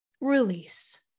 release